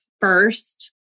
first